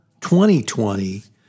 2020